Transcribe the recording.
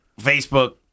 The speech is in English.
Facebook